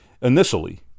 Initially